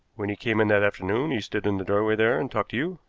when he came in that afternoon he stood in the doorway there and talked to you?